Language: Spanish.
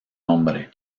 nombre